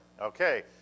Okay